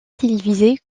télévisées